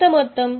ఎంత మొత్తం